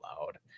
loud